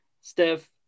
Steph